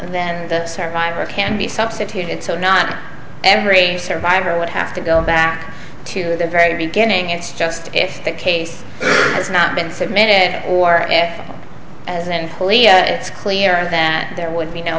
then that survivor can be substituted so not every survivor would have to go back to the very beginning it's just if the case has not been submitted or at and fully it's clear that there would be no